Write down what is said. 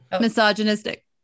misogynistic